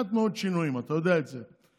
יש מעט מאוד שינויים, אתה יודע את זה.